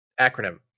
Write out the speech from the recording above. acronym